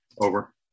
Over